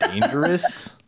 dangerous